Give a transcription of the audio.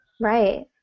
Right